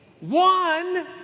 One